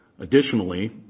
Additionally